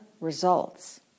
results